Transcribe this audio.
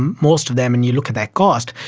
most of them, and you look at their cost,